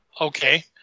okay